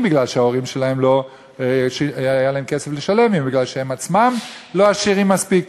אם משום שלהוריהם לא היה כסף לשלם ואם משום שהם עצמם לא עשירים מספיק.